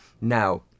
now